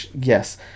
Yes